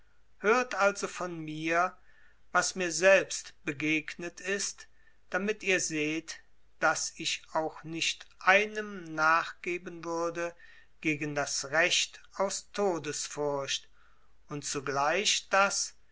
hört also von mir was mir selbst begegnet ist damit ihr seht daß ich auch nicht einem nachgeben würde gegen das recht aus todesfurcht und zugleich daß